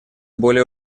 более